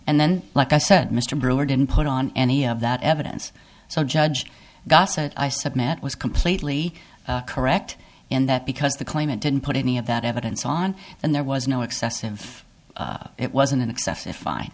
and then like i said mr brewer didn't put on any of that evidence so judge gossett i submit was completely correct in that because the claimant didn't put any of that evidence on and there was no excessive it was an excessive fine